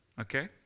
Okay